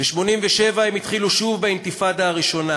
ב-1987 הם התחילו באינתיפאדה הראשונה,